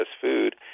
food